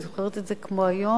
אני זוכרת את זה כמו היום.